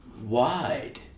wide